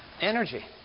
Energy